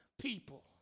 people